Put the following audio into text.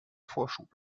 vorschub